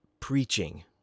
preaching